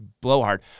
blowhard